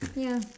ya